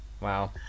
Wow